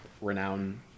renowned